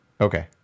Okay